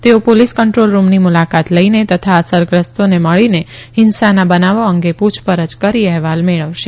તેઓ police control રૂમની મુલાકાત લઇને તથા અસરગ્રસ્તોને મળીને હિંસાના બનાવો અંગે પુછ રછ કરી અહેવાલ મેળવશે